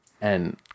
And-